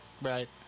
Right